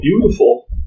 beautiful